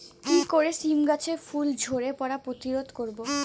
কি করে সীম গাছের ফুল ঝরে পড়া প্রতিরোধ করব?